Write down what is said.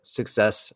success